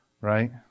right